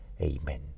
Amen